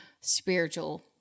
spiritual